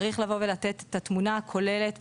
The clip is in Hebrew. צריך לבוא ולתת את התמונה הכוללת,